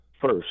first